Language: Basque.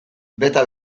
beta